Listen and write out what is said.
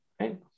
Right